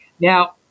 Now